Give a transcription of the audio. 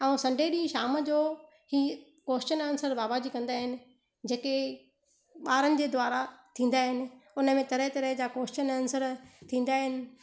ऐं संडे ॾी शाम जो ई कोश्चन आंसर बाबा जी कंदा आइन जेके ॿारनि जे द्वारा थींदा आहिनि हुन में तरह तरह जा कोश्चन आंसर